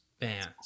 bands